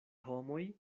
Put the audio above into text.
homoj